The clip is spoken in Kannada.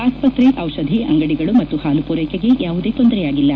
ಆಸ್ಸತ್ರೆ ಔಷಧಿ ಅಂಗಡಿಗಳು ಮತ್ತು ಹಾಲು ಪೂರ್ವೆಕೆಗೆ ಯಾವುದೇ ತೊಂದರೆಯಾಗಿಲ್ಲ